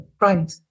right